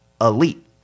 elite